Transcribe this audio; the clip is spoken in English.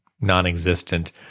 non-existent